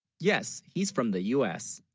yes he's from the us